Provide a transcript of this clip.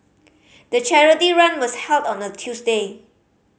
the charity run was held on a Tuesday